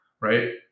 right